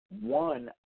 one